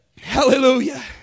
Hallelujah